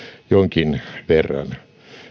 jonkin verran